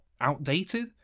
outdated